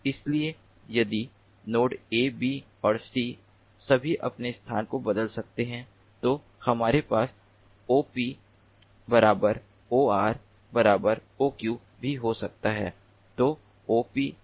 इसलिए यदि node A B और सी सभी अपने स्थान बदल सकते हैं तो हमारे पास OP OR OQ भी हो सकता है